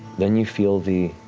then you feel the